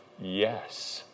yes